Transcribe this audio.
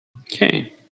Okay